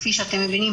כפי שאתם מבינים,